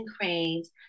cranes